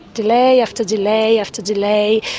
delay after delay after delay.